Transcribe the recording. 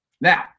Now